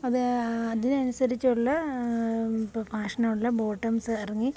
അത് അതിനനുസരിച്ചുള്ള ഇപ്പോള് ഫാഷനുള്ള ബോട്ടംസ് ഇറങ്ങി